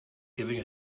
giving